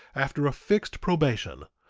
after a fixed probation,